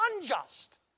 unjust